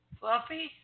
Fluffy